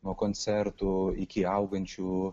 nuo koncertų iki augančių